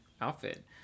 outfit